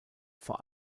vor